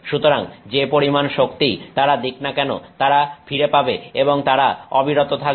সুতরাং যে পরিমাণ শক্তিই তারা দিক না কেন তারা ফিরে পাবে এবং তারা অবিরত থাকবে